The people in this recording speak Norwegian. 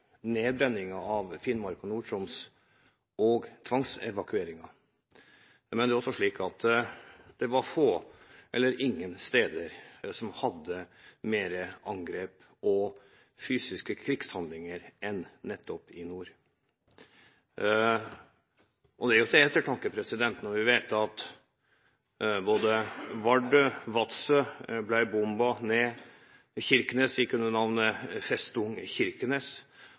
nedbrenningen av Finnmark og Nord-Troms og tvangsevakueringen, men det er også slik at det var få eller ingen steder som hadde flere angrep og fysiske krigshandlinger enn nettopp der i nord. Det gir jo grunn til ettertanke når vi vet at både Vardø og Vadsø ble bombet ned, og at Kirkenes gikk under navnet «Festung Kirkenes».